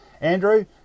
Andrew